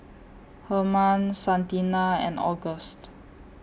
Hermann Santina and August